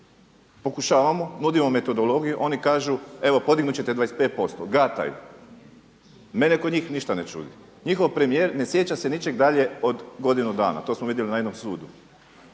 pokušavamo, nudimo metodologiju oni kažu evo podignut ćete 25% gataju. Mene kod njih ništa ne čudi. Njihov premijer ne sjeća se ničeg dalje od godinu dana to smo vidjeli na jednom sudu.